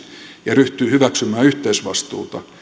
ja ryhtyy hyväksymään yhteisvastuuta